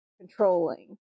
controlling